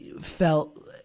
felt